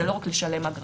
זה לא רק לשלם אגרה,